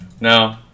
No